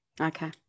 Okay